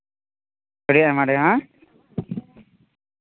ᱟᱹᱰᱤ ᱟᱭᱢᱟ ᱰᱷᱮᱨ ᱵᱟᱝ